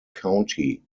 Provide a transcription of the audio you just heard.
county